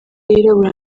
yirabura